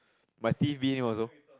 my team being also